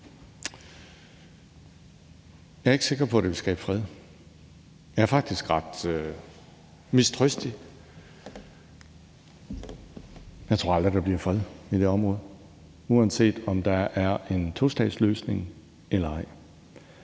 Jeg er ikke sikker på, at det vil skabe fred; jeg er faktisk ret mistrøstig. Jeg tror aldrig, der bliver fred i det område, uanset om der er en tostatsløsning eller ej.